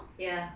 ya